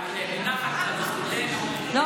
היא נחה קצת בזכותנו, יש זמן לנשום אוויר.